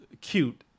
cute